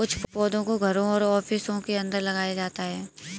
कुछ पौधों को घरों और ऑफिसों के अंदर लगाया जाता है